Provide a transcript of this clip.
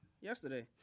Yesterday